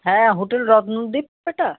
হ্যাঁ হোটেল রত্নদ্বীপ এটা